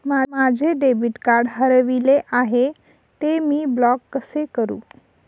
माझे debit card हरविले आहे, ते मी ब्लॉक कसे करु?